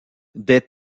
des